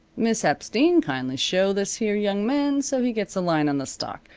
miss epstein, kindly show this here young man so he gets a line on the stock.